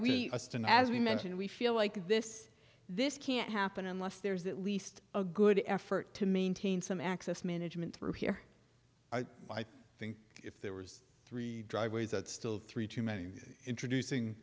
we must and as we mentioned we feel like this this can't happen unless there's at least a good effort to maintain some access management through here i think if there was three driveways that still three too many introducing